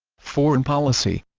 foreign policy